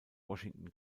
washington